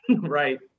Right